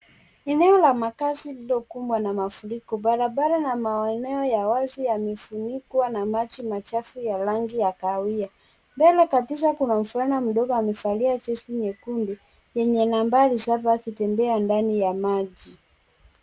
Eneo la makazi lililokumbwa na mafuriko, barabara na maeneo ya wazi yamefunika na maji machafu ya rangi ya kahawia, mbele kabisa kuna mvulana mmoja amevalia jezi nyekundu yenye nambari saba kitembea ndani ya maji.